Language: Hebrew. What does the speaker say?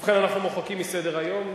ובכן, אנחנו מוחקים מסדר-היום.